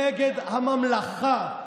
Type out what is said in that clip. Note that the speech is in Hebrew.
אתם משימים את עצמכם נגד הממלכה,